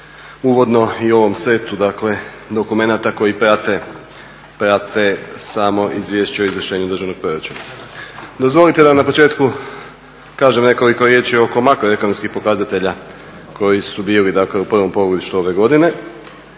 uvodno i o ovom setu dakle dokumenata koji prate samo Izvješće o izvršenju Državnog proračuna. Dozvolite da na početku kažem nekoliko riječi oko makroekonomskih pokazatelja koji su bili dakle u prvom polugodištu ove godine